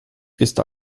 ist